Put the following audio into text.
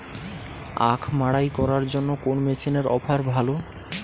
আখ মাড়াই করার জন্য কোন মেশিনের অফার ভালো?